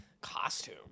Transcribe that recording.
costume